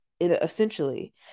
essentially